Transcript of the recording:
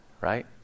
right